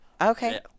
okay